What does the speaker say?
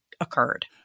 occurred